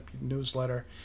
newsletter